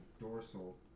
dorsal